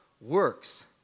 works